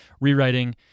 rewriting